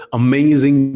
amazing